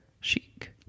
Chic